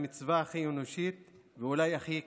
המצווה הכי אנושית ואולי הכי קדומה,